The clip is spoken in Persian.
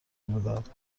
میدهد